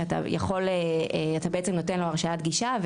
שאתה בעצם נותן לו הרשאת גישה,